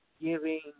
giving